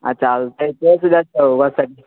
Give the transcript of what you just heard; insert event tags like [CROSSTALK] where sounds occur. अच्छा [UNINTELLIGIBLE]